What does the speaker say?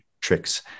tricks